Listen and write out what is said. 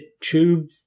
tube